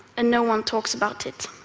and no one talks about it.